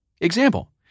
Example